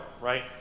right